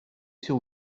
sur